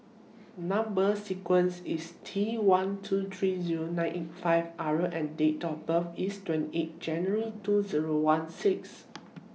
Number sequence IS T one two three Zero nine eight five R and Date of birth IS twenty eight January two Zero one six